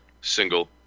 single